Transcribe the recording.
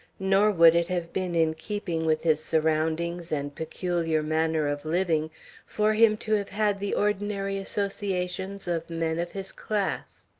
nor would it have been in keeping with his surroundings and peculiar manner of living for him to have had the ordinary associations of men of his class.